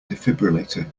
defibrillator